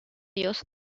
dios